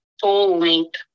full-length